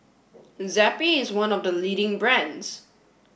Zappy is one of the leading brands